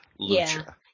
lucha